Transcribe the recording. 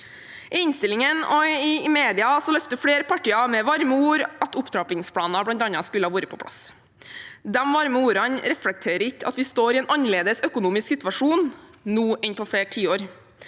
I innstillingen og i mediene løfter flere partier med varme ord fram at bl.a. opptrappingsplanen skulle vært på plass. De varme ordene reflekterer ikke at vi står i en annerledes økonomisk situasjon nå enn på flere tiår,